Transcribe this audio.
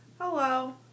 Hello